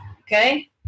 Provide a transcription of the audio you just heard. Okay